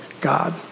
God